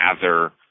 gather